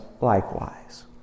likewise